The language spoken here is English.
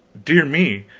dear me,